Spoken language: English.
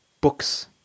books